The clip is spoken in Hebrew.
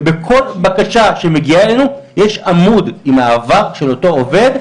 ובכל בקשה שמגיעה אלינו יש עמוד עם העבר של אותו עובד,